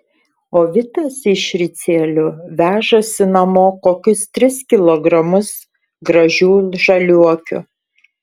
o vitas iš ricielių vežasi namo kokius tris kilogramus gražių žaliuokių